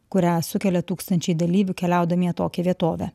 kurią sukelia tūkstančiai dalyvių keliaudami į atokią vietovę